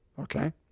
Okay